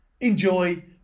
enjoy